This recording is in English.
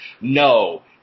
No